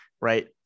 right